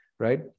right